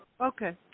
Okay